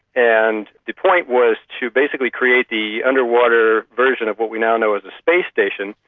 and the point was to basically create the underwater version of what we now know as a space station,